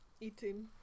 Eating